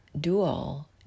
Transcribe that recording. dual